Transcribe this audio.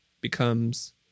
becomes